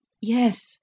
Yes